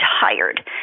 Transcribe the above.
tired